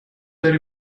داری